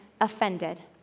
offended